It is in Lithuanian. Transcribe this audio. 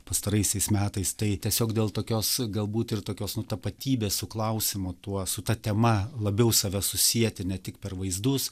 pastaraisiais metais tai tiesiog dėl tokios galbūt ir tokios nu tapatybės klausimo tuo su ta tema labiau save susieti ne tik per vaizdus